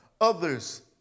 others